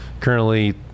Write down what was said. currently